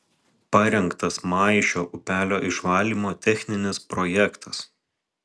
parengtas maišio upelio išvalymo techninis projektas